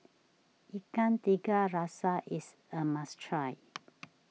Ikan Tiga Rasa is a must try